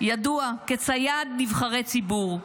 ידוע כצייד נבחרי ציבור.